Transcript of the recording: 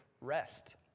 rest